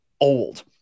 old